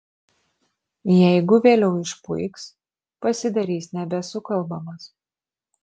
jeigu vėliau išpuiks pasidarys nebesukalbamas